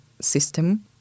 system